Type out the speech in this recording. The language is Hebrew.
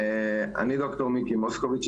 מיקי מוסקוביץ,